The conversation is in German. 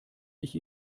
ich